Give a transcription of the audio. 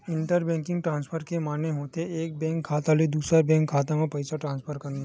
inter banking transfer के माने होथे एक बेंक खाता ले दूसर बेंक के खाता म पइसा ट्रांसफर करना